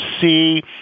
see